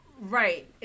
Right